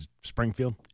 Springfield